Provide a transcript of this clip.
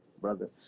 brother